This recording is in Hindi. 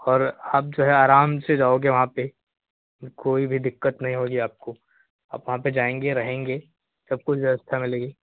और आप जो है आराम से जाओगे वहाँ पे फिर कोई भी दिक्कत नहीं होगी आपको आप वहाँ पे जाएँगे रहेंगे सब कुछ व्यवस्था मिलेगी